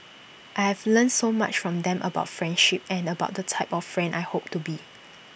I have learnt so much from them about friendship and about the type of friend I hope to be